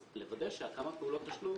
אז לוודא שכמה פעולות תשלום,